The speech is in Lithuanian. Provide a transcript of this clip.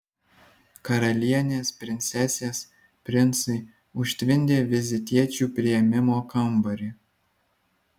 karalienės princesės princai užtvindė vizitiečių priėmimo kambarį